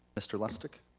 mr. lustig.